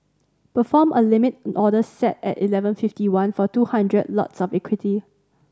perform a limit order set at eleven fifty one for two hundred lots of equity